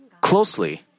closely